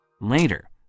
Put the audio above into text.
Later